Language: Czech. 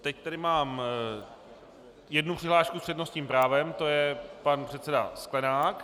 Teď tady mám jednu přihlášku s přednostním právem, to je pan předseda Sklenák.